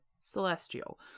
celestial